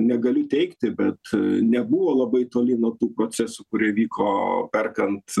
negaliu teigti bet nebuvo labai toli nuo tų procesų kurie vyko perkant